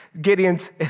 Gideon's